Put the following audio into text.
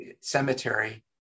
cemetery